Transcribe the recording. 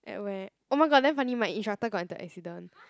at where oh my god damn funny my instructor got into accident